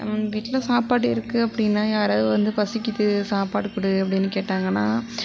நம்ம வீட்ல சாப்பாடு இருக்குது அப்படினா யாராவது வந்து பசிக்குது சாப்பாடு கொடு அப்படினு கேட்டாங்கன்னா